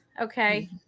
okay